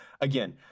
again